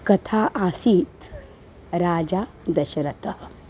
कथा आसीत् राजा दशरथः